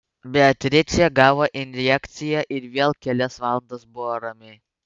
beatričė gavo injekciją ir vėl kelias valandas buvo rami